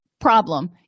problem